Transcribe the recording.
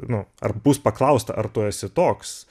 nu ar bus paklausta ar tu esi toks